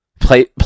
Play